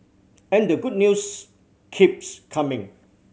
and the good news keeps coming